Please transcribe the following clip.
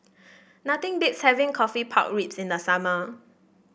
nothing beats having coffee Pork Ribs in the summer